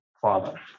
father